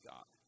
God